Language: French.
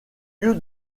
lieu